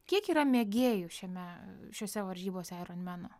kiek yra mėgėjų šiame šiose varžybose aironmeno